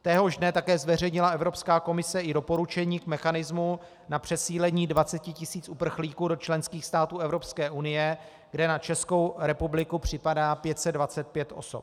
Téhož dne také zveřejnila Evropská komise i doporučení k mechanismu na přesídlení 20 tis. uprchlíků do členských států Evropské unie, kde na Českou republiku připadá 525 osob.